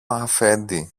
αφέντη